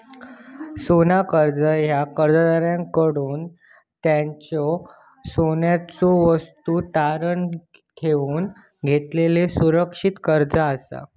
सोना कर्जा ह्या कर्जदाराकडसून त्यांच्यो सोन्याच्यो वस्तू तारण ठेवून घेतलेलो सुरक्षित कर्जा असा